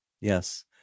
Yes